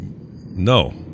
no